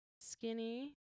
skinny